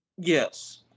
Yes